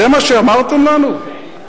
זה מה שאמרתם לנו?